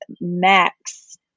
max